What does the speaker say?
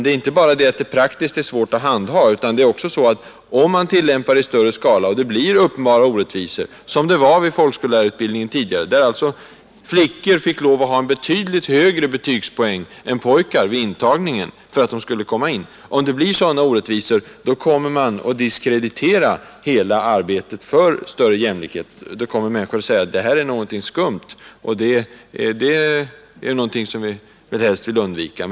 Det är inte bara praktiskt svårt att handha en könskvotering, utan om man tillämpar metoden i större skala och det blir uppenbara orättvisor — som det var i folkskollärarutbildningen tidigare, där alltså flickor måste ha betydligt högre betygspoäng än pojkar för att de skulle komma in — så diskrediteras hela arbetet för större jämlikhet mellan män och kvinnor. Då kommer människor att säga att det är någonting skumt med detta, och det vill vi väl helst undvika.